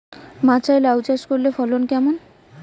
মাচায় লাউ চাষ করলে ফলন কেমন?